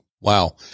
Wow